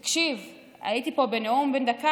תקשיב, הייתי פה בנאום בן דקה